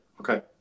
Okay